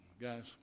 guys